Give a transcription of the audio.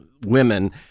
women